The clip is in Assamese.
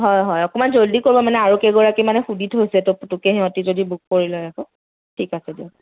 হয় হয় অকণমান জল্দি কৰিব মানে আৰু কেইগৰাকীমানে সুধি থৈছে ত' পুতুককৈ সিহঁতে যদি বুক কৰি লয় আকৌ ঠিক আছে দিয়ক